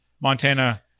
Montana